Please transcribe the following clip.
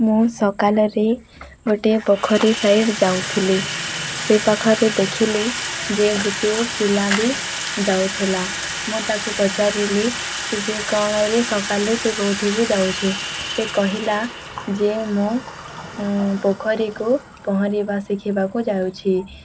ମୁଁ ସକାଳରେ ଗୋଟିଏ ପୋଖରୀ ସାଇଡ଼୍ ଯାଉଥିଲି ସେ ପାଖରେ ଦେଖିଲି ଯେ ଗୋଟିଏ ପିଲା ବି ଯାଉଥିଲା ମୁଁ ତାକୁ ପଚାରିଲି ଯେ କ'ଣରେ ସକାଳୁ ତୁ କେଉଁଠିକୁ ଯାଉଛୁ ସେ କହିଲା ଯେ ମୁଁ ପୋଖରୀକୁ ପହଁରିବା ଶିଖିବାକୁ ଯାଉଛି